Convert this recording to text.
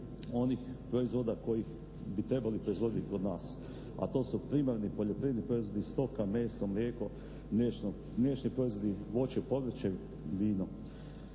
onih proizvoda koje bi trebali proizvoditi kod nas. A to su primarni poljoprivredni proizvodi, stoka, meso, mlijeko, mliječni proizvodi, voće, povrće, vino.